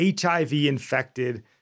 HIV-infected